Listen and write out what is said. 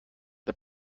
the